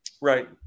Right